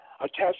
attached